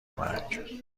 مرگ